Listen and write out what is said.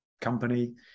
company